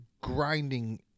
grinding